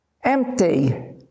empty